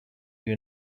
you